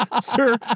Sir